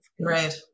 Right